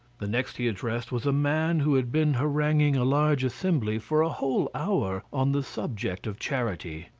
the next he addressed was a man who had been haranguing a large assembly for a whole hour on the subject of charity.